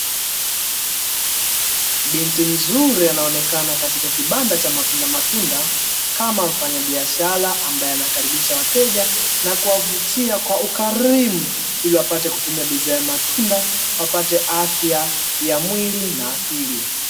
Binti mzuri anaonekana katika kibanda cha matundamatunda kama mfanyabiashara ambaye anakaribisha wateja na kuwavutia kwa ukarimu, ili wapate kutumia bidhaa ya matunda wapate afya ya mwili na akili.